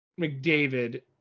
McDavid